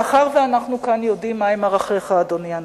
מאחר שאנחנו כאן יודעים מהם ערכיך, אדוני הנשיא,